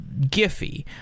Giphy